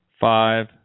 Five